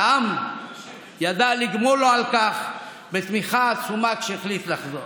והעם ידע לגמול לו על כך בתמיכה עצומה כשהחליט לחזור.